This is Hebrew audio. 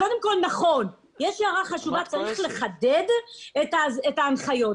קודם כול, נכון, צריך לחדד את ההנחיות.